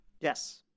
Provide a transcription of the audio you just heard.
Yes